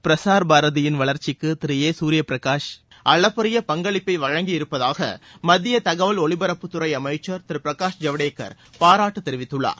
பிரஸார் பாரதியின் வளர்ச்சிக்கு திரு சூர்ய பிரகாஷ் அளப்பரிய பங்களிப்பை வழங்கியிருப்பதாக மத்திய தகவல் ஒலிபரப்புத்துறை அமைச்சர் திரு பிரகாஷ் ஜவடேகர் பாராட்டு தெரிவித்துள்ளார்